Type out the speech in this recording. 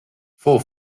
for